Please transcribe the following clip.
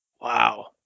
Wow